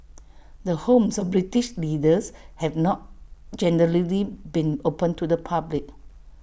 the homes of British leaders have not generally been open to the public